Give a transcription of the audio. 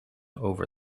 over